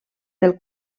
del